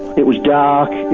it was dark,